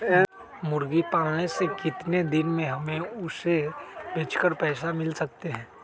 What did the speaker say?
मुर्गी पालने से कितने दिन में हमें उसे बेचकर पैसे मिल सकते हैं?